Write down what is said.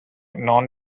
non